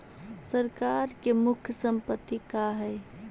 सरकार के मुख्य संपत्ति का हइ?